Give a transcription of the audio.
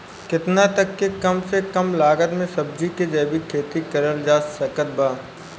केतना तक के कम से कम लागत मे सब्जी के जैविक खेती करल जा सकत बा?